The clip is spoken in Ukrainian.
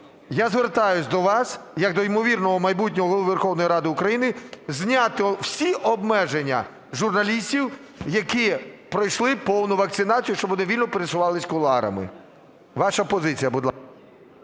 я звертаюсь до вас як до імовірного майбутнього Голови Верховної Ради України зняти всі обмеження з журналістів, які пройшли повну вакцинацію, щоб вони вільно пересувалися кулуарами. Ваша позиція, будь ласка.